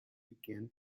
began